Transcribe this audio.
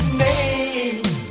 name